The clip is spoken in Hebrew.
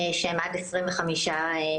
שהם עד 25 קילומטרים.